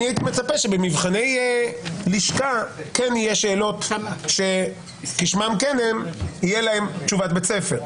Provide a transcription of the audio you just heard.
אני הייתי מצפה שבמבחני לשכה כן יהיו שאלות שתהיה להן תשובת בית ספר.